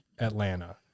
Atlanta